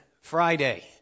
Friday